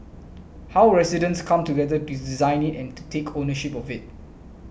how residents come together to design it and to take ownership of it